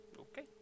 Okay